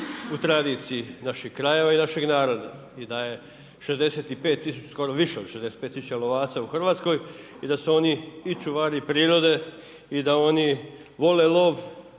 u tradiciji naših krajeva i našeg naroda i da skoro više od 65 000 lovaca u Hrvatskoj i da su oni i čuvari prirode i da oni vole lov